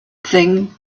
thing